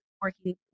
working